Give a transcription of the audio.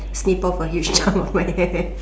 snip off a huge chuck of my hair